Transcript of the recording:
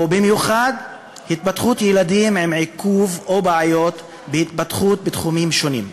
ובמיוחד התפתחות ילדים עם עיכוב או בעיות בהתפתחות בתחומים שונים.